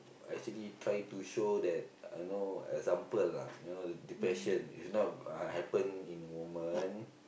actually try to show that you know example lah you know depression is not happen in woman